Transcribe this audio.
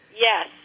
Yes